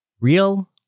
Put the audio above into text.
Real